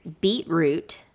beetroot